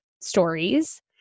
stories